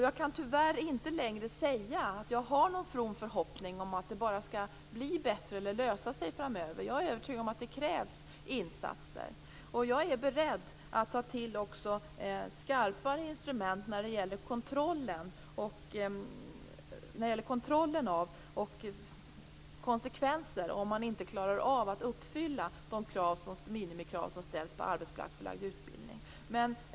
Jag kan tyvärr inte längre säga att jag har någon from förhoppning om att det bara skall bli bättre eller lösa sig framöver. Jag är övertygad om att det krävs insatser. Jag är beredd att ta till också skarpare instrument när det gäller kontrollen av detta och de konsekvenser som kommer om man inte klarar av att uppfylla de minimikrav som ställs på arbetsplatsförlagd utbildning.